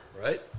right